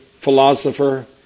philosopher